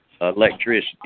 electricity